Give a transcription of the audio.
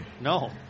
No